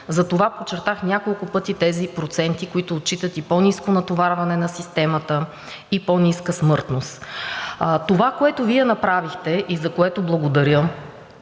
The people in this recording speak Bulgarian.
Затова подчертах няколко пъти тези проценти, които отчитат и по-ниско натоварване на системата, и по-ниска смъртност. Това, което Вие направихте и за което благодаря,